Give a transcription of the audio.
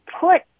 put